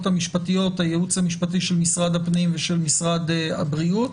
המשפטיות של משרד הפנים ושל משרד הבריאות.